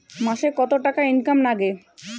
মাসে কত টাকা ইনকাম নাগে?